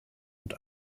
und